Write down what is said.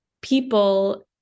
people